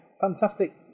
Fantastic